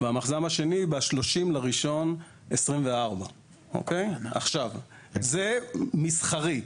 המחז"מ השני ב-30 בינואר 2024. זה מסחרי.